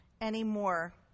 anymore